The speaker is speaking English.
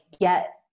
get